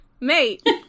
mate